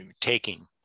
taking